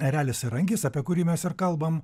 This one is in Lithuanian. erelis ir angis apie kurį mes ir kalbam